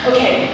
Okay